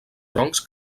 troncs